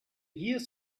years